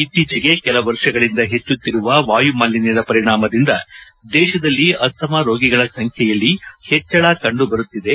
ಇತ್ತೀಚೆಗೆ ಕೆಲ ವರ್ಷಗಳಿಂದ ಹೆಚ್ಚುತ್ತಿರುವ ವಾಯು ಮಾಲಿನ್ನದ ಪರಿಣಾಮದಿಂದ ದೇಶದಲ್ಲಿ ಅಸ್ತಮಾ ರೋಗಿಗಳ ಸಂಖ್ಣೆಯಲ್ಲಿ ಹೆಚ್ಚಳ ಕಂಡುಬರುತ್ತಿದೆ